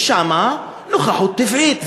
היא שם, נוכחות טבעית.